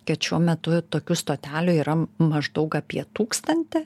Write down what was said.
kad šiuo metu tokių stotelių yra maždaug apie tūkstantį